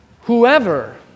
whoever